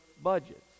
budgets